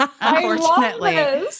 unfortunately